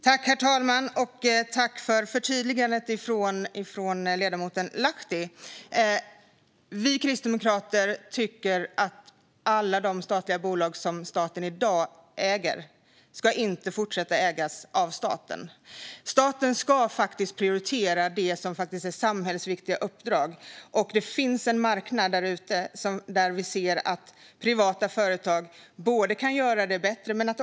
Herr talman! Tack för förtydligandet från ledamoten Lahti! Vi kristdemokrater tycker inte att alla de statliga bolag som finns i dag ska fortsätta att ägas av staten. Staten ska prioritera det som är samhällsviktiga uppdrag. Det finns en marknad där ute där vi ser att privata företag kan göra det bättre.